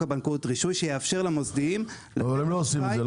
הבנקאות (רישוי) שיאפשר למוסדיים לתת אשראי --- אבל הם לא עושים את זה,